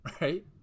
right